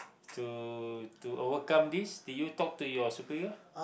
to to overcome this did you talk to your superior